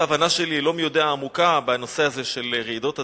וההבנה שלי היא לא מי-יודע עמוקה בנושא הזה של רעידות אדמה,